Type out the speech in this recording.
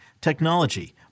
technology